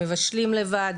מבשלים לבד,